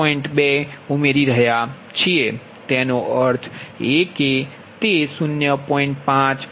2 ઉમેરી રહ્યા છીએ તેનો અર્થ એ કે તે 0